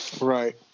Right